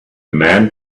men